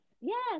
yes